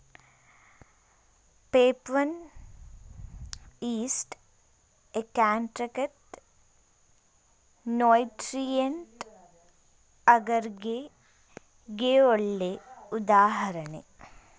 peptone, yeast extract nutrient ಅಗರ್ಗೆ ಗೆ ಒಳ್ಳೆ ಉದಾಹರಣೆ